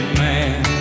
man